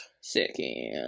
Second